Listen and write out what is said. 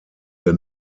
der